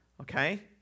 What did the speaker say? Okay